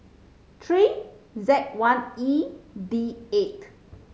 three Z one E D eight